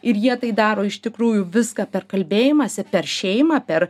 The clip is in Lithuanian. ir jie tai daro iš tikrųjų viską per kalbėjimąsi per šeimą per